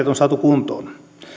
on saatu kuntoon